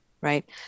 right